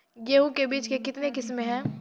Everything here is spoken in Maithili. गेहूँ के बीज के कितने किसमें है?